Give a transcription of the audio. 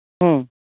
হুম